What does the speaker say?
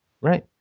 Right